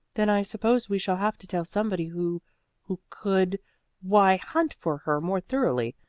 then i suppose we shall have to tell somebody who who could why, hunt for her more thoroughly,